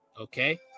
Okay